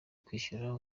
kwishyura